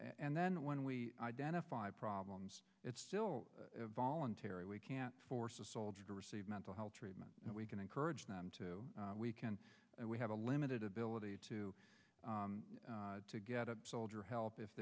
and then when we identify problems it's still voluntary we can't force a soldier to receive mental health treatment and we can encourage them to we can we have a limited ability to to get a soldier help if